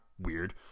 weird